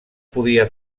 podia